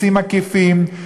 מסים עקיפים,